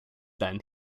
then